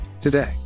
today